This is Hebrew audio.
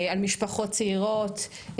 על משפחות צעירות,